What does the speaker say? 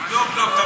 תחשוב טוב.